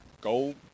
go